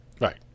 Right